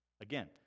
Again